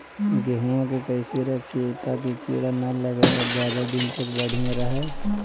गेहुआ के कैसे रखिये ताकी कीड़ा न लगै और ज्यादा दिन तक बढ़िया रहै?